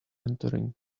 entering